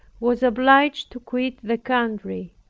was obliged to quit the country.